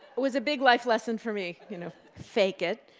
was a big life lesson for me, you know, fake it.